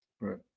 right